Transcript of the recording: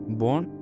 born